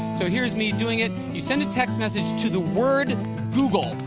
so here's me doing it. you send a text message to the word google,